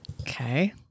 Okay